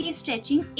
stretching